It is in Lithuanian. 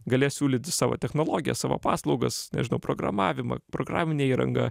galės siūlyti savo technologijas savo paslaugas nežinau programavimą programinę įrangą